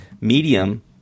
medium